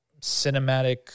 cinematic